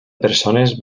persones